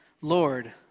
Lord